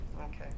Okay